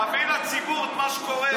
נביא לציבור את מה שקורה.